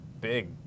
big